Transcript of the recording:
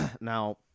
Now